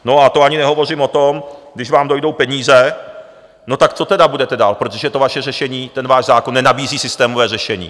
No a to ani nehovořím o tom, když vám dojdou peníze, tak co tedy budete dál, protože to vaše řešení, ten váš zákon, nenabízí systémové řešení.